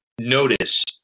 notice